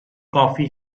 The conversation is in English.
coffee